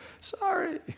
Sorry